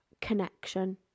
connection